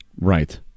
Right